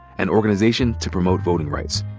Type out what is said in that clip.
an organization to promote voting rights.